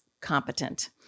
competent